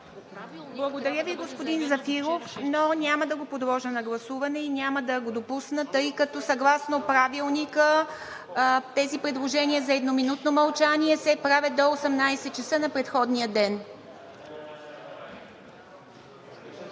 Благодаря Ви, господин Зафиров, но няма да го подложа на гласуване и няма да го допусна, тъй като съгласно Правилника тези предложения за едноминутно мълчание се правят до 18,00 ч. на предходния ден.